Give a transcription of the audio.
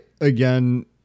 again